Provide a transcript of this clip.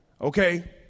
Okay